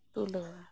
ᱛᱩᱞᱟᱹᱣᱟ